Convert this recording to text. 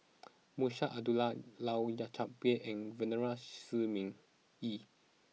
Munshi Abdullah Lau Chiap Khai and Venerable Shi Ming Yi